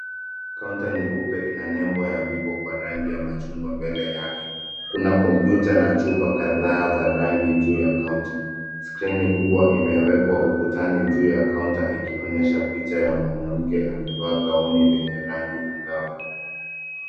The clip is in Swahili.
Kaunta nyeupe ina nembo ya vivo kwa rangi ya machungwa mbele yake. Kuna kompyuta na chupa kadhaa za rangi juu ya kaunta. Skrini kubwa imeekwa ukutani juu ya kaunta ikionyesha picha ya mwanamke amevaa gauni lenye rangi angavu.